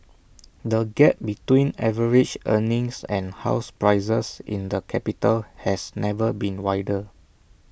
the gap between average earnings and house prices in the capital has never been wider